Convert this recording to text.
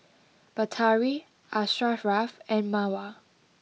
Batari Asharaff and Mawar